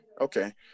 okay